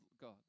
God